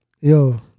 Yo